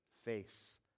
face